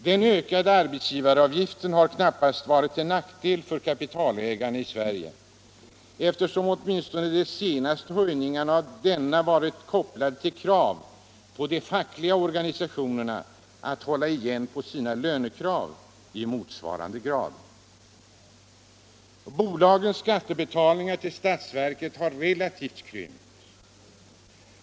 Den ökade arbetsgivaravgiften har knappast varit till nackdel för kapitalägarna i Sverige, eftersom åtminstone de senaste höjningarna av denna avgift har varit kopplade till krav att de fackliga organisationerna skall hålla igen på sina lönekrav i motsvarande grad. Bolagens skattebetalningar till statsverket har relativt krympt.